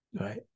right